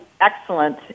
excellent